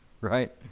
Right